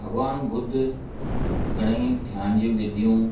भॻवानु बुद्ध घणई ध्यान जी विधियूं